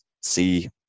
see